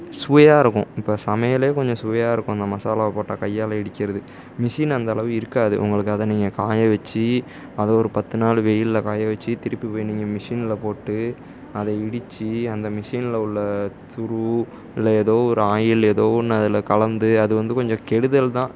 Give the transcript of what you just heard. சுவையாக இருக்கும் இப்போ சமையலே கொஞ்சம் சுவையாக இருக்கும் அந்த மசாலாவை போட்டால் கையால் இடிக்கிறது மிஷின் அந்தளவு இருக்காது உங்களுக்கு அதை நீங்கள் காய வச்சு அததை ஒரு பத்து நாள் வெயிலில் காய வச்சு திருப்பி போய் நீங்கள் மிஷினில் போட்டு அதை இடித்து அந்த மிஷினில் உள்ளே துரு இல்லை ஏதோ ஒரு ஆயில் ஏதோ ஒன்று அதில் கலந்து அது வந்து கொஞ்சம் கெடுதல் தான்